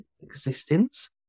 existence